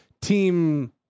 team